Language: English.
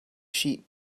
sheep